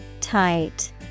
Tight